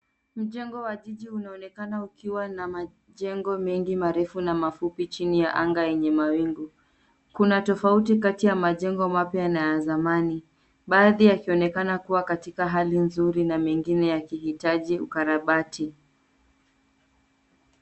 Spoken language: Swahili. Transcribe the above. Mjengo wa jiji unaonekana ukiwa na majengo mengi marefu na mafupi chini ya ange enye mawingu. Kuna tofauti kati ya majengo mapya na ya zamani, baadhi yakionekana kuwa katika hali nzuri na mengine yakihitaji ukarabati.